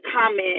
comment